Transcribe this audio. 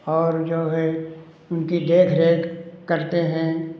और जो है उनकी देख रेख करते हैं